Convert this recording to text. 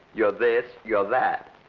you're this, you're that.